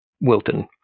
Wilton